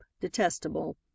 detestable